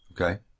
okay